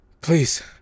PLEASE